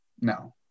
No